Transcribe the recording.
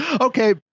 Okay